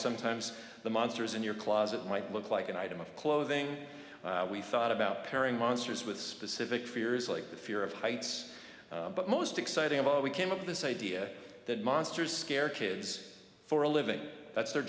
sometimes the monsters in your closet might look like an item of clothing we thought about pairing monsters with specific figures like the fear of heights but most exciting about we came of this idea that monsters scare kids for a living that's their